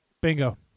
Bingo